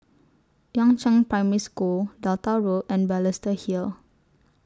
Yangzheng Primary School Delta Road and Balestier Hill